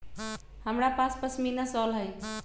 हमरा पास पशमीना शॉल हई